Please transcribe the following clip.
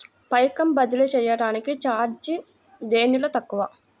పైకం బదిలీ చెయ్యటానికి చార్జీ దేనిలో తక్కువ?